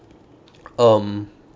um